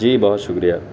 جی بہت شکریہ